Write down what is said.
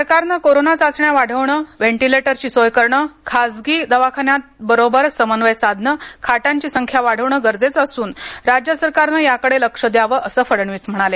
सरकारनं कोरोना चाचण्या वाढवणे व्हेंटिलेटरची सोय करणे खासगी दवाखान्याबरोबर समन्वय साधणे खाटांची संख्या वाढवणे गरजेच असून राज्य सरकारने याकडे लक्ष द्यावे असं फडणवीस म्हणाले